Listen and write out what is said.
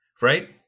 Right